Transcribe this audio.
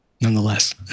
nonetheless